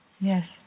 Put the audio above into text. Yes